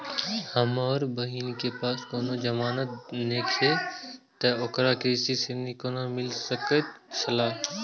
हमर बहिन के पास कोनो जमानत नेखे ते ओकरा कृषि ऋण कोना मिल सकेत छला?